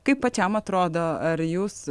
kaip pačiam atrodo ar jūs